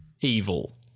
evil